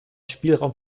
spielraum